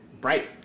Bright